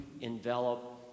envelop